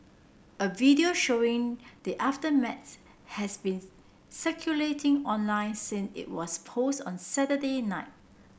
a video showing the aftermath has been circulating online since it was posted on Saturday night